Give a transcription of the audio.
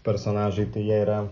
personažai tai jie yra